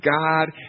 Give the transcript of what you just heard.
God